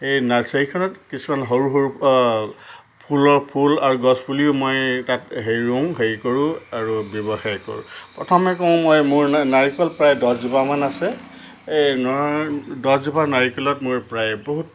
এই নাৰ্চাৰীখনত কিছুমান সৰু সৰু ফুলৰ ফুল আৰু গছপুলিও মই তাত সেই ৰুওঁ হেৰি কৰোঁ আৰু ব্যৱসায় কৰোঁ প্ৰথমে কওঁ মই মোৰ না নাৰিকল প্ৰায় দহজোপামান আছে এই ন দহজোপা নাৰিকলত মই প্ৰায় বহুত